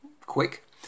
quick